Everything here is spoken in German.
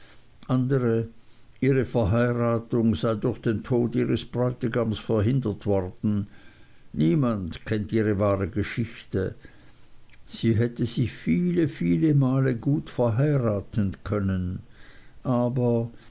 andere ihre verheiratung sei durch den tod ihres bräutigams verhindert worden niemand kennt ihre wahre geschichte sie hätte sich viele viele male gut verheiraten können aber